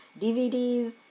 DVDs